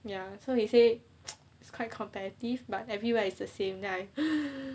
ya so he say it's quite competitive but everywhere is the same then I